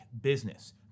business